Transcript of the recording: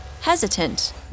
Hesitant